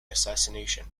assassination